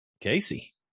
Casey